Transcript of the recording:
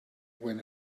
when